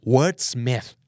Wordsmith